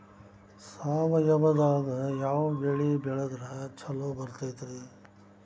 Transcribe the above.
ಸಾವಯವದಾಗಾ ಯಾವ ಬೆಳಿ ಬೆಳದ್ರ ಛಲೋ ಬರ್ತೈತ್ರಿ?